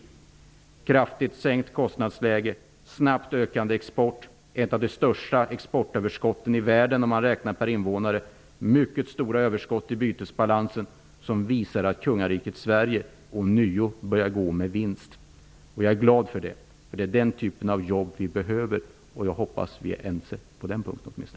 Vi har fått ett kraftigt sänkt kostnadsläge, snabbt ökande export, ett av de största exportöverskotten i världen räknat per invånare och mycket stora överskott i bytesbalansen, som visar att kungariket Sverige ånyo börjar gå med vinst. Jag är också glad för detta, eftersom det är den typen av utveckling som vi behöver. Jag hoppas att vi är ense åtminstone på den punkten.